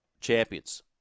champions